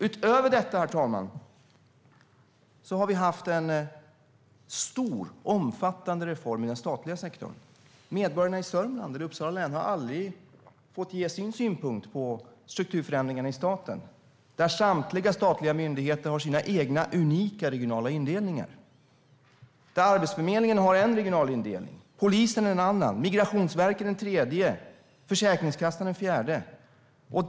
Utöver detta, herr talman, har vi haft en stor och omfattande reform i den statliga sektorn. Medborgarna i Sörmland och i Uppsala län har aldrig fått ge sina synpunkter på strukturförändringarna i staten, där samtliga statliga myndigheter har sina egna unika regionala indelningar. Arbetsförmedlingen har en regional indelning, polisen en annan, Migrationsverket en tredje och Försäkringskassan en fjärde.